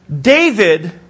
David